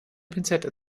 pinzette